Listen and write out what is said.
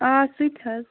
آ سُہ تہِ حظ